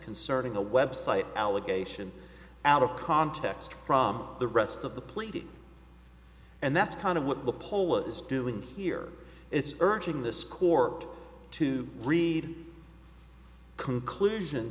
concerning the website allegation out of context from the rest of the pleading and that's kind of what the poll is doing here it's urging the score to read conclusion